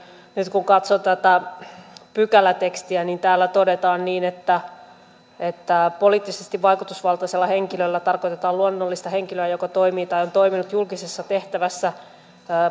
nyt kun katsoo tätä pykälätekstiä täällä todetaan että että poliittisesti vaikutusvaltaisella henkilöllä tarkoitetaan luonnollista henkilöä joka toimii tai on toiminut julkisessa tehtävässä